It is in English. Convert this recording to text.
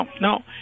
no